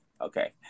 okay